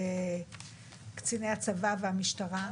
קציני הצבא והמשטרה,